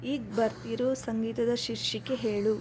ಈಗ ಬರ್ತಿರೋ ಸಂಗೀತದ ಶೀರ್ಷಿಕೆ ಹೇಳು